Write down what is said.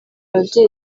ababyeyi